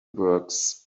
works